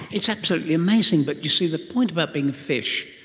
it's absolutely amazing. but you see, the point about being a fish,